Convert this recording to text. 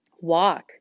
walk